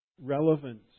relevant